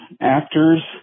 actors